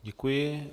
Děkuji.